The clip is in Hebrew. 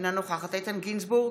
אינה נוכחת איתן גינזבורג,